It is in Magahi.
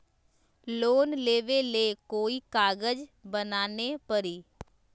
लोन लेबे ले कोई कागज बनाने परी?